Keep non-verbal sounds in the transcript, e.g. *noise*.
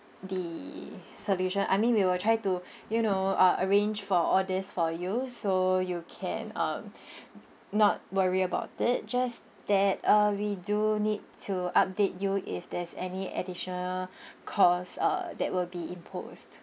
the solution I mean we will try to you know uh arrange for all these for you so you can um *breath* not worry about it just that uh we do need to update you if there's any additional costs uh that will be imposed